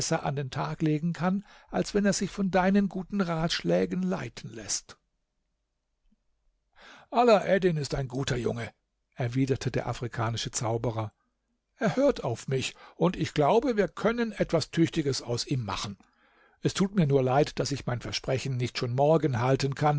an den tag legen kann als wenn er sich von deinen guten ratschlägen leiten läßt alaeddin ist ein guter junge erwiderte der afrikanische zauberer er hört auf mich und ich glaube wir können etwas tüchtiges aus ihm machen es tut mir nur leid daß ich mein versprechen nicht schon morgen halten kann